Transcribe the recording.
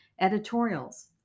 editorials